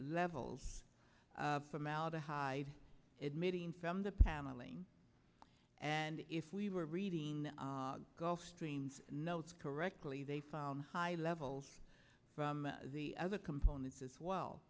levels formaldehyde admitting from the paneling and if we were reading gulfstream notes correctly they found high levels from the other components as